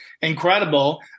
Incredible